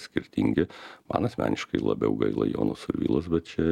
skirtingi man asmeniškai labiau gaila jono survilos bet čia